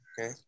Okay